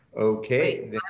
Okay